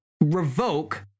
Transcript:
revoke